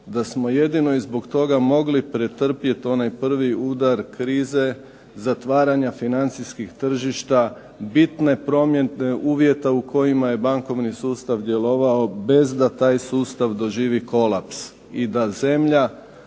da smo jedino zbog toga moli pretrpjeti onaj prvi udar krize, zatvaranja financijskih tržišta, bitne promjene uvjeta u kojima je bankovni sustav djelovao bez da taj sustav doživi kolaps. I da je zemlja